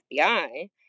FBI